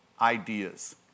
ideas